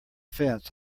fence